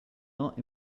not